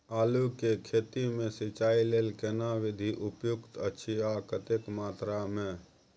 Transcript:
आलू के खेती मे सिंचाई लेल केना विधी उपयुक्त अछि आ कतेक मात्रा मे?